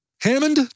Hammond